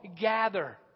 gather